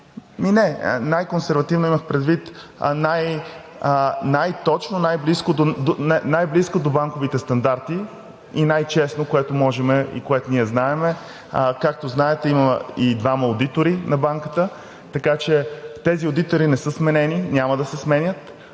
не, най-консервативно имах предвид най-точно, най-близко до банковите стандарти и най-честно, което ние можем и което ние знаем. Както знаете, има и двама одитори на банката, така че тези одитори не са сменени, няма да се сменят,